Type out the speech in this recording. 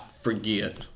forget